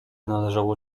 należało